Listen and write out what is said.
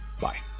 bye